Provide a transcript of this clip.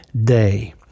day